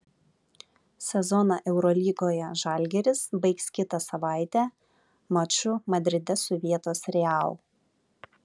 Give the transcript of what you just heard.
sezoną eurolygoje žalgiris baigs kitą savaitę maču madride su vietos real